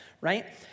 right